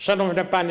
Szanowne Panie!